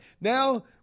Now